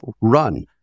run